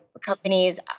companies